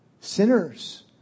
sinners